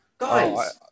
Guys